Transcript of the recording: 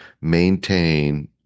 maintain